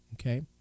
okay